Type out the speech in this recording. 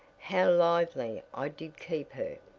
how lively i did keep her?